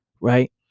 right